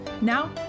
Now